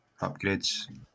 upgrades